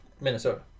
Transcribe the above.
Minnesota